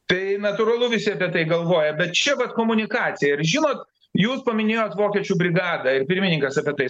tai natūralu visi apie tai galvoja bet čia vat komunikacija ir žinot jūs paminėjot vokiečių brigadą ir pirmininkas apie tai